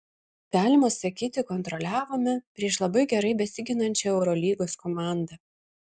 galima sakyti kontroliavome prieš labai gerai besiginančią eurolygos komandą